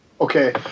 Okay